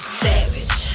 savage